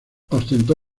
ostentó